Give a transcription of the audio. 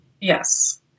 Yes